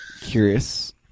curious